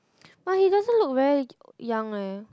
but he doesn't look very young leh